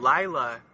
lila